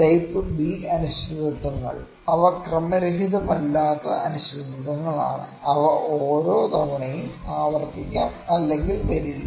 type B അനിശ്ചിതത്വങ്ങൾ അവ ക്രമരഹിതമല്ലാത്ത അനിശ്ചിതത്വങ്ങൾ ആണ് അവ ഓരോ തവണയും ആവർത്തിക്കാം അല്ലെങ്കിൽ വരില്ല